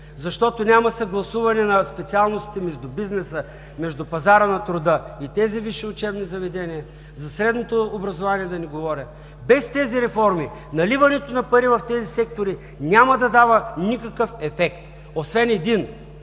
защото няма съгласуване на специалностите между бизнеса, между пазара на труда и тези висши учебни заведения, за средното образование да не говоря. Без тези реформи, наливането на пари в тези сектори няма да дава никакъв ефект, освен един